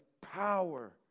power